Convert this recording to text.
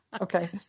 Okay